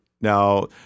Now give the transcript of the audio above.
Now